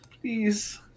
please